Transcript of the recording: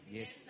Yes